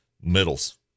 middles